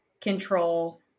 control